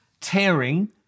tearing